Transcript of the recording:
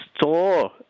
store